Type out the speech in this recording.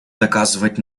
доказывать